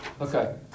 Okay